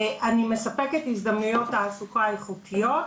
אני מספקת הזדמנויות תעסוקה איכותיות.